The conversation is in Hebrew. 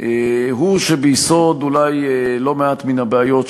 ראוי שייאמר כבר בפתח הדברים.